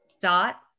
dot